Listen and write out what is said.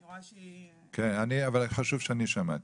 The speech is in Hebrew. אני רואה שהיא --- כן, אבל הכי חשוב שאני שמעתי.